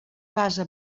basa